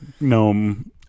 gnome